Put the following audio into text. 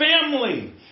family